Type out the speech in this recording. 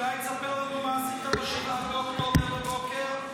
אולי תספר לנו מה עשית ב-7 באוקטובר בבוקר?